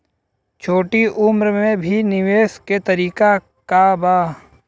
छोटी उम्र में भी निवेश के तरीका क बा?